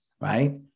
right